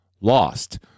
lost